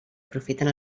aprofiten